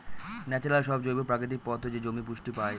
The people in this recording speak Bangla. ন্যাচারাল সব জৈব প্রাকৃতিক পদার্থ দিয়ে জমি পুষ্টি পায়